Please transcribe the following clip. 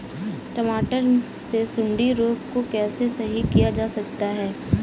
टमाटर से सुंडी रोग को कैसे सही किया जा सकता है?